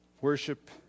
Worship